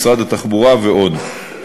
משרד התחבורה ועוד.